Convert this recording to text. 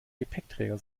gepäckträger